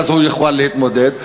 ואז הוא יוכל להתמודד.